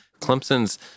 Clemson's